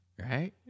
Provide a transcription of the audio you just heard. right